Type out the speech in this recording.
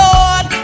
Lord